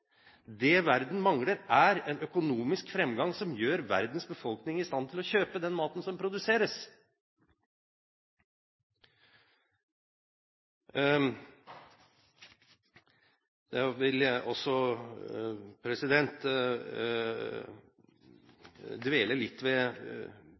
Det verden mangler, er en økonomisk fremgang som gjør verdens befolkning i stand til å kjøpe den maten som produseres. Jeg vil også